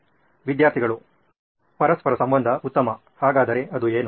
ವಿದ್ಯಾರ್ಥಿಗಳು ಪರಸ್ಪರ ಸಂಬಂಧ ಉತ್ತಮ ಹಾಗಾದರೆ ಅದು ಏನು